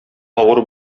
авыр